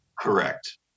Correct